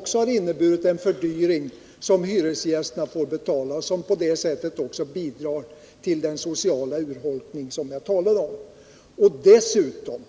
Det har inneburit en fördyring som hyresgästerna fått betala och som på det sättet också bidrar till den sociala urholkning som jag talat om. Dessutom